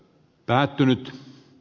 päättynyt